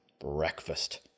breakfast